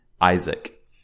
Isaac